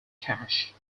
cash